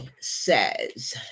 says